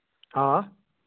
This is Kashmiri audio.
آ